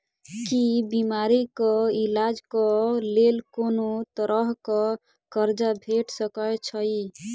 की बीमारी कऽ इलाज कऽ लेल कोनो तरह कऽ कर्जा भेट सकय छई?